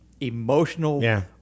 emotional